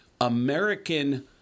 American